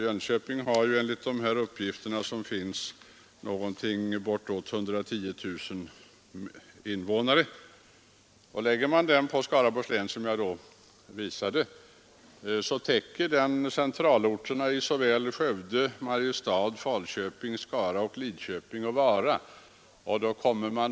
Jönköping har ju enligt de uppgifter som föreligger bortåt 110 000 invånare, och lägger man in Jönköpings län på den aktuella kartskissen täcks centralorterna Skövde, Mariestad, Falköping, Skara, Lidköping och Vara.